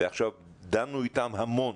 ועכשיו דנו אתם המון